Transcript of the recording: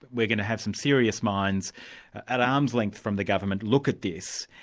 we're going to have some serious minds at arm's length from the government look at this,